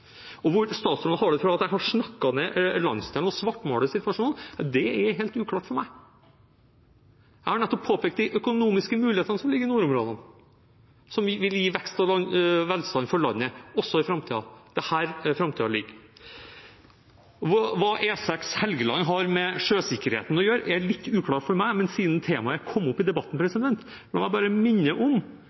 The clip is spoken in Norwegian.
Hvor statsråden har det fra at jeg har snakket ned landsdelen og svartmaler situasjonen, er helt uklart for meg. Jeg har nettopp påpekt de økonomiske mulighetene som ligger i nordområdene, som vil gi vekst og velstand for landet også i framtiden. Det er her framtiden ligger. Hva E6 Helgeland har med sjøsikkerheten å gjøre, er litt uklart for meg. Men siden temaet kom opp i debatten, la meg bare minne om